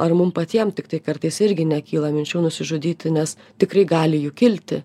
ar mum patiem tiktai kartais irgi nekyla minčių nusižudyti nes tikrai gali jų kilti